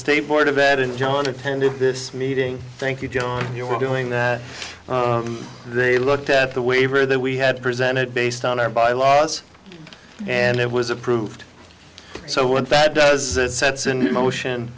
state board of ed and john attended this meeting thank you john you were doing that they looked at the waiver that we had presented based on our bylaws and it was approved so what that does sets in motion